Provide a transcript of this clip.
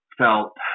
felt